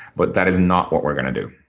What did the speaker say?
but that is not what we're gonna do.